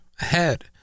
ahead